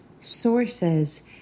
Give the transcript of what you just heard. sources